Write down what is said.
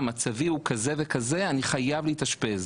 מצבי הוא כזה וכזה אני חייב להתאשפז.